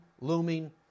looming